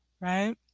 right